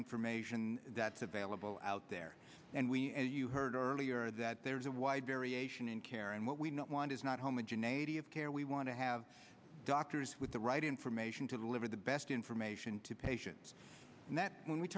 information that's available out there and we and you heard earlier that there is a wide variation in care and what we not want is not homogeneous of care we want to have doctors with the right information to the liver the best information to patients and that when we